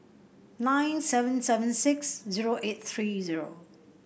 nine seven seven six zero eight three zero